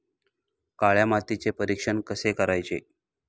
काळ्या मातीचे परीक्षण कसे करायचे?